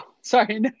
sorry